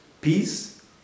peace